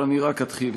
אבל אני רק אתחיל.